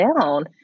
down